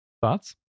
Thoughts